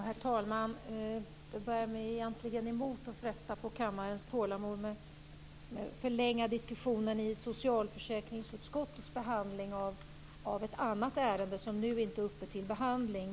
Herr talman! Det bär mig egentligen emot att fresta på kammarens tålamod genom att förlänga diskussionen i socialförsäkringsutskottets behandling av ett annat ärende, som nu inte är uppe till behandling.